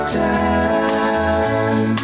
time